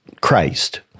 Christ